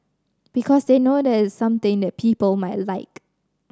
because they know that it is something that people might like